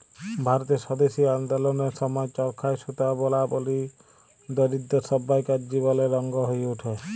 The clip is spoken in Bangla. ভারতের স্বদেশী আল্দললের সময় চরখায় সুতা বলা ধলি, দরিদ্দ সব্বাইকার জীবলের অংগ হঁয়ে উঠে